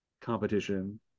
competition